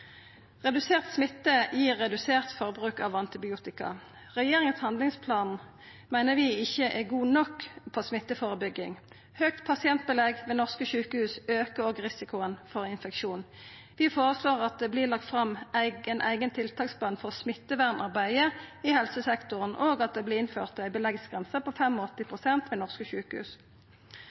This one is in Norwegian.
Redusert smitte gir redusert forbruk av antibiotika. Regjeringas handlingplan meiner vi ikkje er god nok på smitteførebygging. Høgt pasientbelegg ved norske sjukehus aukar òg risikoen for infeksjonar. Vi føreslår at det vert lagt fram ein eigen tiltaksplan for smittevernarbeidet i helsesektoren, og at det vert innført ei beleggsgrense på 85 pst. ved norske sjukehus.